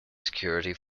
security